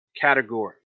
category